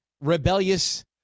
rebellious